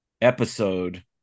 episode